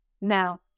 Now